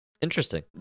Interesting